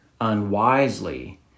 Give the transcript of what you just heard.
unwisely